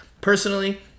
personally